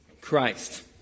Christ